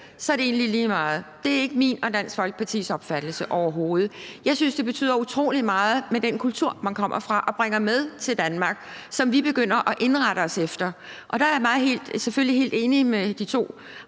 så er det egentlig lige meget. Det er overhovedet ikke min og Dansk Folkepartis opfattelse. Jeg synes, det betyder utrolig meget med den kultur, man kommer fra og bringer med til Danmark, og som vi begynder at indrette os efter. Og der er jeg selvfølgelig helt enig med de to